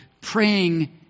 praying